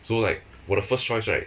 so like 我的 first choice right